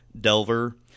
Delver